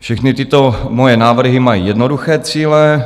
Všechny tyto moje návrhy mají jednoduché cíle.